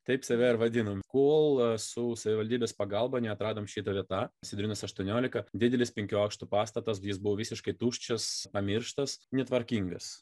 taip save ir vadinom kol su savivaldybės pagalba neatradom šita vieta sedrinas aštuoniolika didelis penkių aukštų pastatas jis buvo visiškai tuščias pamirštas netvarkingas